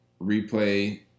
replay